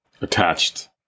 attached